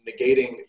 negating